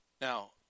Now